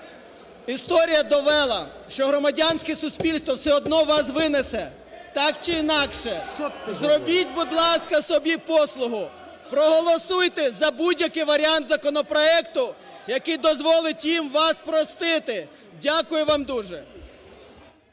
Історія довела, що громадянське суспільство все одно вас винесе, так чи інакше. Зробіть, будь ласка, собі послугу, проголосуйте за будь-який варіант законопроекту, який дозволить їм вас простити. Дякую вам дуже.